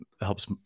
helps